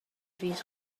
fis